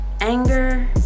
Anger